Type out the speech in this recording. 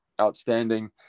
outstanding